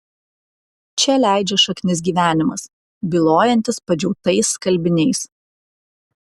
čia leidžia šaknis gyvenimas bylojantis padžiautais skalbiniais